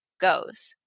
goes